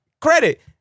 credit